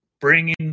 bringing